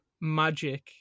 magic